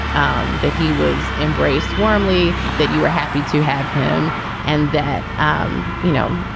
um that he was embraced warmly, that you were happy to have him and that, um you know,